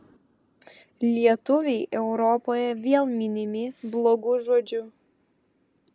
lietuviai europoje vėl minimi blogu žodžiu